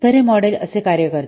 तर हे मॉडेल असे कार्य करते